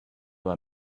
let